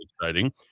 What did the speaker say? exciting